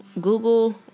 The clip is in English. Google